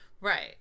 Right